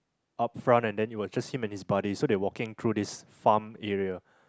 up front and then it was just him and his buddy so they walking through this farm area